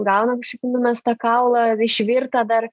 gauna kažkokį numestą kaulą išvirtą dar